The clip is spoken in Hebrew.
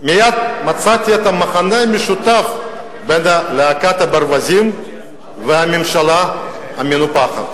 מייד מצאתי את המכנה המשותף בין להקת הברווזים והממשלה המנופחת: